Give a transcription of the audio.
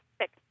six